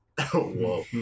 Whoa